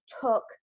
took